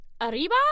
arriba